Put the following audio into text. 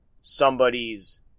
somebody's